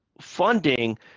funding